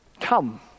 Come